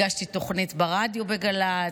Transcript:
הגשתי תוכנית ברדיו בגל"צ,